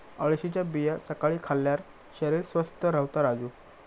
अळशीच्या बिया सकाळी खाल्ल्यार शरीर स्वस्थ रव्हता राजू